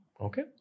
Okay